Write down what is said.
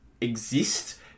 exist